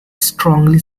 strongly